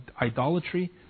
idolatry